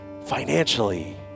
financially